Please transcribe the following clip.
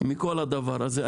מכל הדבר הזה.